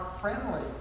friendly